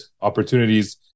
opportunities